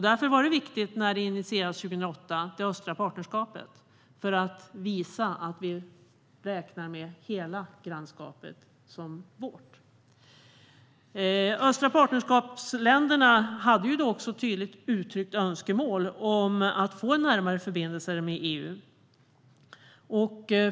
Därför var det viktigt att det östliga partnerskapet initierades 2008, för att visa att vi räknar med hela grannskapet som vårt. Länderna i det östliga partnerskapet hade tydligt uttryckt önskemål om att få närmare förbindelser med EU.